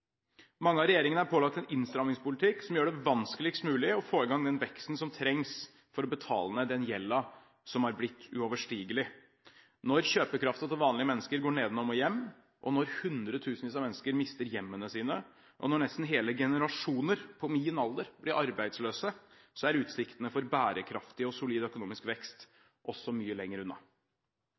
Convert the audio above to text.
Mange av regjeringene er pålagt en innstrammingspolitikk som gjør det vanskeligst mulig å få i gang den veksten som trengs for å betale ned den gjelden som er blitt uoverstigelig. Når kjøpekraften til vanlige mennesker går nedenom og hjem, når hundretusenvis av mennesker mister hjemmene sine, og når nesten hele generasjoner på min alder blir arbeidsløse, er utsiktene for en bærekraftig og solid økonomisk vekst også mye lenger unna.